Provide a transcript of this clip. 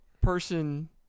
person